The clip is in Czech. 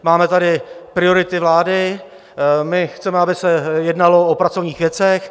Máme tady priority vlády, chceme, aby se jednalo o pracovních věcech.